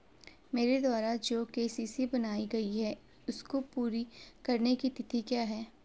मेरे द्वारा जो के.सी.सी बनवायी गयी है इसको पूरी करने की तिथि क्या है?